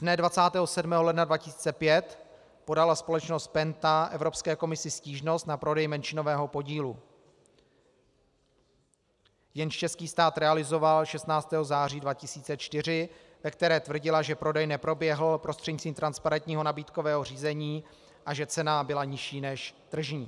Dne 27. ledna 2005 podala společnost Penta Evropské komisi stížnost na prodej menšinového podílu, jejž český stát realizoval 16. září 2004, ve které tvrdila, že prodej neproběhl prostřednictvím transparentního nabídkového řízení a že cena byla nižší než tržní.